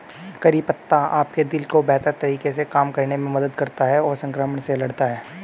करी पत्ता आपके दिल को बेहतर तरीके से काम करने में मदद करता है, संक्रमण से लड़ता है